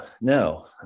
no